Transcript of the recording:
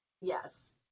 Yes